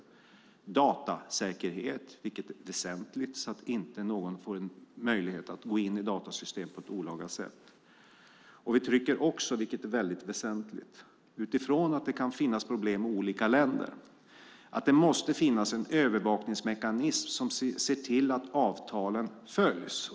Det gäller även datasäkerhet, vilket är väsentligt så att ingen får möjlighet att gå in i datasystemet på ett olaga sätt. Vi trycker också, vilket är väldigt väsentligt utifrån att det kan finnas problem i olika länder, på att det måste finnas en övervakningsmekanism som ser till att avtalen följs.